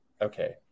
okay